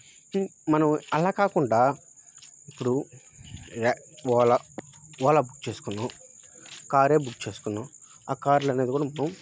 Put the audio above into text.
చిన్ మనం అలా కాకుండా ఇప్పుడు ర్యా ఓలా ఓలా బుక్ చేసుకున్నాం కారే బుక్ చేసుకున్నాం ఆ కార్లు అనేది కూడా మనం